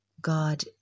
God